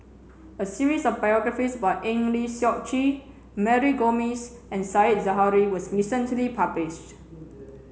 a series of biographies about Eng Lee Seok Chee Mary Gomes and Said Zahari was recently published